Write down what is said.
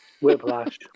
Whiplash